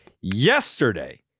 Yesterday